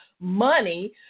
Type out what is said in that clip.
money